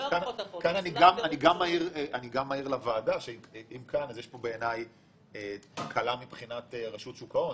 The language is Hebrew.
כאן אני גם מעיר לוועדה שיש פה בעיניי תקלה מבחינת רשות שוק ההון,